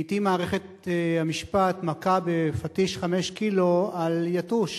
לעתים מערכת המשפט מכה בפטיש חמישה קילו על יתוש,